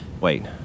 Wait